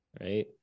right